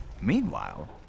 Meanwhile